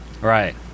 Right